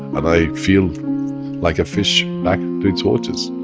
and i feel like a fish back to its waters,